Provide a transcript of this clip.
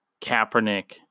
Kaepernick